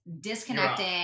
disconnecting